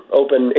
open